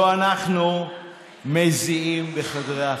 לא אנחנו מזיעים בחדרי החקירות.